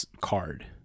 card